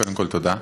קודם כול, תודה.